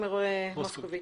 בבקשה.